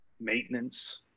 maintenance